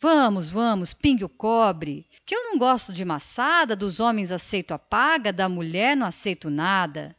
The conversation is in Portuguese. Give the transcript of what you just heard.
vamos vamos pingue o cobre qu eu não gosto de maçada dos homens aceito a paga das moças não quero nada